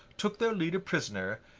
took their leader prisoner,